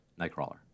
Nightcrawler